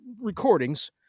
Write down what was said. recordings